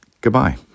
Goodbye